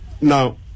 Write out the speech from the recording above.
Now